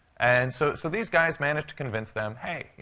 and so so these guys managed to convince them, hey, you